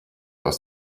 aus